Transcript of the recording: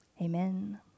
amen